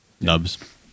Nubs